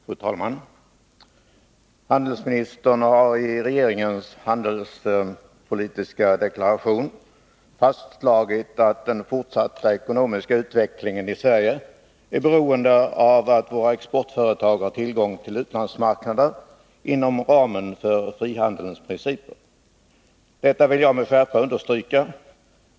Fru talman! Handelsministern har i regeringens handelspolitiska deklaration slagit fast att den fortsatta ekonomiska utvecklingen i Sverige är beroende av att våra exportföretag har tillgång till utlandsmarknader inom ramen för frihandelns principer. Detta vill jag med skärpa understryka.